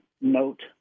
note